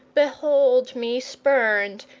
behold me spurned,